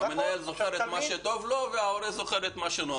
המנהל זוכר מה שטוב לו וההורה זוכר מה שנוח לו.